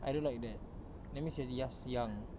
I don't like that that means you're the yes young